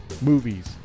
movies